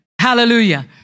Hallelujah